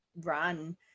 run